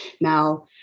Now